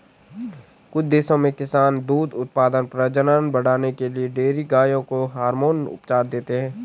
कुछ देशों में किसान दूध उत्पादन, प्रजनन बढ़ाने के लिए डेयरी गायों को हार्मोन उपचार देते हैं